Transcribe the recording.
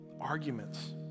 arguments